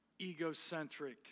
egocentric